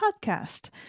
podcast